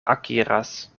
akiras